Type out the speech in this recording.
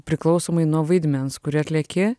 priklausomai nuo vaidmens kurį atlieki